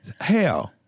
hell